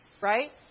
Right